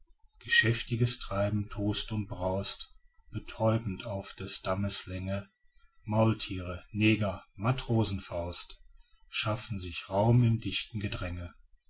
geschäftiges treiben tost und braust betäubend auf des dammes länge maulthiere neger matrosenfaust schaffen sich raum im dichten gedränge